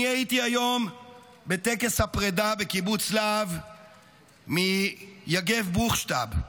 אני הייתי היום בטקס הפרידה בקיבוץ להב מיגב בוכשטב,